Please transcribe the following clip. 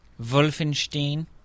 Wolfenstein